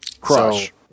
Crush